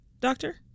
doctor